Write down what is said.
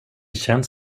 känns